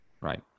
Right